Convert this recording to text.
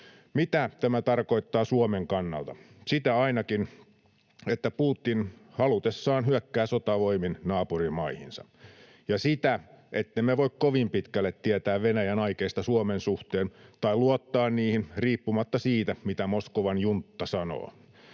Mitä tämä tarkoittaa Suomen kannalta? Sitä ainakin, että Putin halutessaan hyökkää sotavoimin naapurimaihinsa, ja sitä, ettemme voi kovin pitkälle tietää Venäjän aikeista Suomen suhteen tai luottaa niihin riippumatta siitä, mitä Moskovan juntta sanoo.